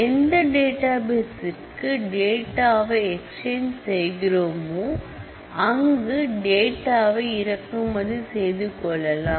எந்த டேட்டாபேஸ்ற்கு டேட்டாவை ஏக்ஸ்சேஞ் exchange செய்கிறோமோ அங்கு டேட்டாவை இறக்குமதி செய்துகொள்ளலாம்